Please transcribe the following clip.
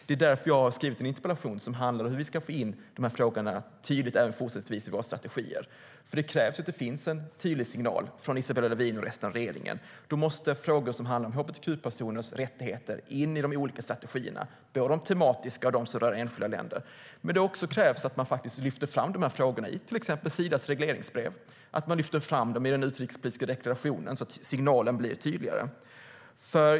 Det är därför jag har skrivit en interpellation som handlar om hur vi ska få in dessa frågor tydligt i våra strategier även fortsättningsvis. Det krävs en tydlig signal från Isabella Lövin och resten av regeringen, och då måste frågor som handlar om hbtq-personers rättigheter in i de olika strategierna, både de tematiska och de som rör enskilda länder. Det krävs också att man faktiskt lyfter fram de här frågorna i till exempel Sidas regleringsbrev och i den utrikespolitiska deklarationen så att signalen blir tydligare.